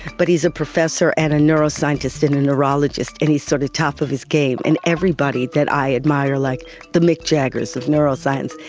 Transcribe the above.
but he is a professor and a neuroscientist and a neurologist and he is sort of top of his game, and everybody that i admire, like the mick jaggers of neuroscience,